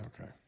Okay